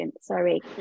sorry